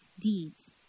deeds